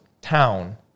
town